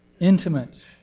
intimate